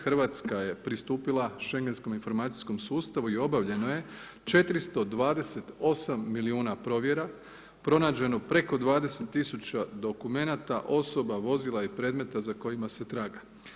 Hrvatska je pristupila Šengenskom informacijskom sustavu i obavljeno je 428 milijuna provjera, pronađeno preko 20 tisuća dokumenata, osoba, vozila i predmeta za kojima se traga.